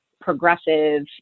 progressive